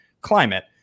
climate